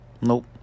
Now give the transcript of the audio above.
Nope